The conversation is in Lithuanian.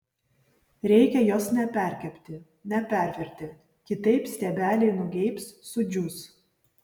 reikia jos neperkepti nepervirti kitaip stiebeliai nugeibs sudžius